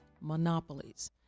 monopolies